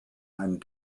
ein